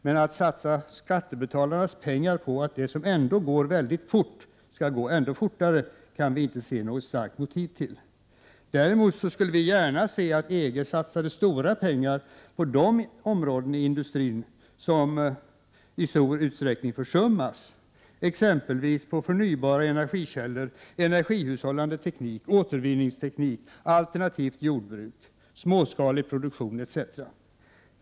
Men att satsa skattebetalarnas pengar på att det som ändå går väldigt fort skall gå ännu fortare kan vi inte se något starkt motiv till. Däremot skulle vi gärna se att man inom EG satsade stora pengar på de områden i industrin som i stor utsträckning försummas, exempelvis förnybara energikällor, energihushållande teknik, återvinningsteknik, alternativt jordbruk och småskalig produktion.